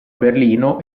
berlino